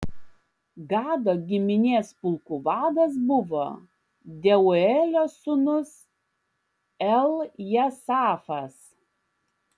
gado giminės pulkų vadas buvo deuelio sūnus eljasafas